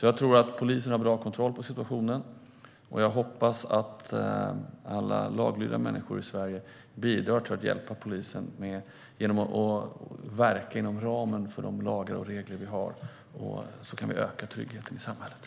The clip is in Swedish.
Jag tror att polisen har bra kontroll på situationen, och jag hoppas att alla laglydiga människor i Sverige bidrar till att hjälpa polisen genom att verka inom ramen för de lagar och regler vi har. På så sätt kan vi öka tryggheten i samhället.